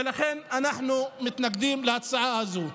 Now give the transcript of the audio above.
ולכן אנחנו מתנגדים להצעה הזו.